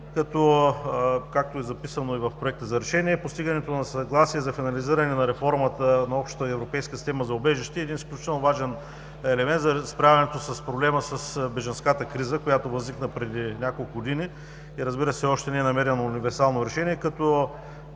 както е записано и в Проекта за решение, постигането на съгласие за финализиране на реформата на Общоевропейска система за убежище е един изключително важен елемент за справянето с проблема с бежанската криза, която възникна преди няколко години и, разбира се, още не е намерено универсално решение, като